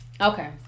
okay